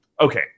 okay